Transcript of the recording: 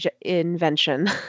invention